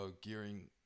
gearing